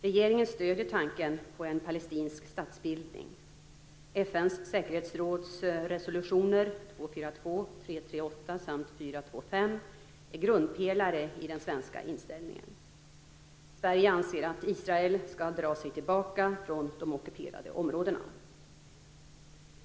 Regeringen stöder tanken på en palestinsk statsbildning. FN:s säkerhetsråds resolutioner 242, 338 samt 425 är grundpelare i den svenska inställningen. Sverige anser att Israel skall dra sig tillbaka från de ockuperade områdena.